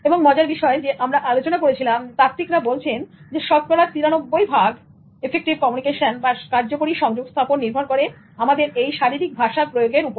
এবং মজার বিষয় আমরা আলোচনা করেছিলাম যে তাত্ত্বিকরা বলছেন শতকরা 93 ভাগ এফেক্টিভ কমিউনিকেশন বা কার্যকরী সংযোগস্থাপন নির্ভর করে আমাদের এই শারীরিক ভাষার প্রয়োগ এর উপরে